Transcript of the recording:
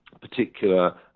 particular